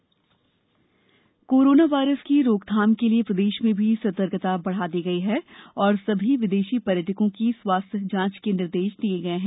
corona corona virus की रोकथाम के लिए प्रदेश में भी सतर्कता बढ़ा दी है और सभी विदेशी पर्यटकों की स्वास्थ्य जांच के निर्देश दिये गये है